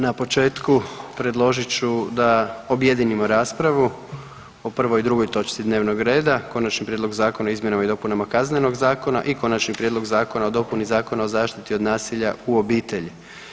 Na početku predložit ću da objedinimo raspravu o prvoj i drugoj točci dnevnog reda, Konačni prijedlog zakona o izmjenama i dopunama Kaznenog zakona i Konačni prijedlog zakona o dopuni Zakona o zaštiti od nasilja u obitelji.